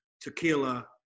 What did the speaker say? tequila